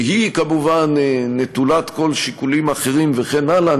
שהיא כמובן נטולת כל שיקולים אחרים וכן הלאה,